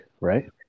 right